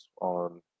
on